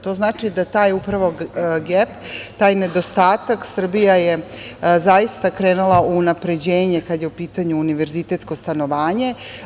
To znači da upravo taj nedostatak Srbija je zaista krenula u unapređenje kada je u pitanju univerzitetsko stanovanje.